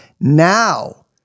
now